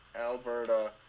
Alberta